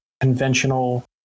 conventional